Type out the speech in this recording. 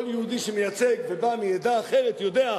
כל יהודי שמייצג ובא מעדה אחרת יודע,